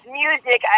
music